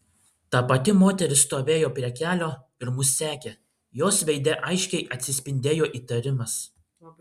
ta pati moteris stovėjo prie kelio ir mus sekė jos veide aiškiai atsispindėjo įtarimas